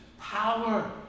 power